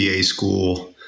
school